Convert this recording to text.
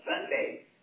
Sunday